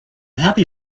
happy